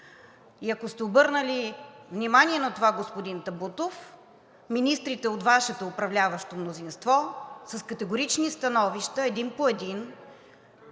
и ако сте обърнали внимание на това, господин Табутов, министрите от Вашето управляващо мнозинство с категорични становища, един по един